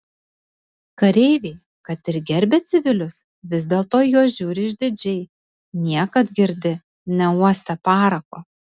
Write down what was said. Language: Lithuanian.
kareiviai kad ir gerbia civilius vis dėlto į juos žiūri išdidžiai niekad girdi neuostę parako